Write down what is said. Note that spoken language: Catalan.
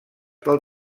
pel